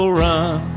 run